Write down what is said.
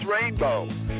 Rainbow